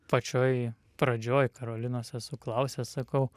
pačioj pradžioj karolinos esu klausęs sakau